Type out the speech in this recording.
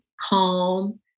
calm